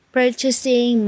purchasing